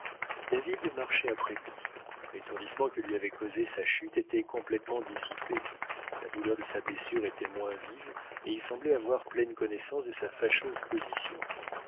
david marchait après lui l'étourdissement que lui avait causé sa chute était complètement dissipé la douleur de sa blessure était moins vive et il semblait avoir pleine connaissance de sa fâcheuse position